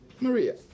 Maria